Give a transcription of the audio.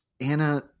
Anna